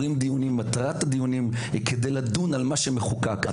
מטרת הדיונים היא לעסוק ולדון במה שמחוקק.